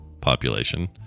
population